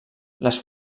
les